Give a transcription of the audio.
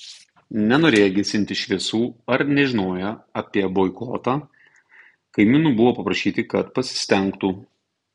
nenorėję gesinti šviesų ar nežinoję apie boikotą kaimynų buvo paprašyti kad pasistengtų